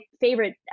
favorite